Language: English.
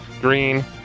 green